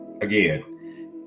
again